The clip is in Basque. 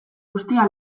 guztia